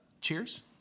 Cheers